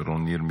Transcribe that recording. שרון ניר,